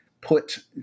put